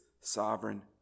sovereign